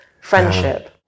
friendship